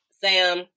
Sam